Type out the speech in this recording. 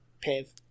Pave